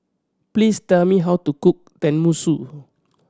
please tell me how to cook Tenmusu